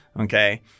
okay